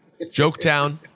Joketown